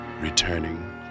returning